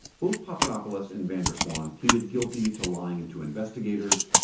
both papadopoulos and van der zwaan pleaded guilty to lying and to investigators.